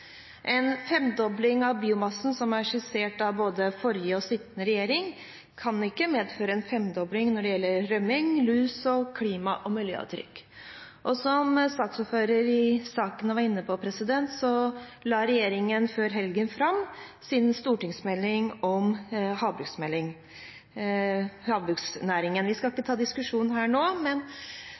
En femdobling av biomassen, som er skissert av både forrige og sittende regjering, kan ikke medføre en femdobling av rømming, lus og klima- og miljøavtrykket. Som saksordføreren var inne på, la regjeringen før helgen fram sin stortingsmelding om havbruksnæringen. Vi skal ikke ta diskusjonen her nå, men